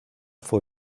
fue